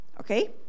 Okay